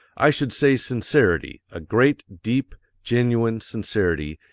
i should say sincerity, a great, deep, genuine sincerity,